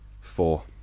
Four